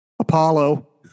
Apollo